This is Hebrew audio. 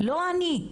לא אני,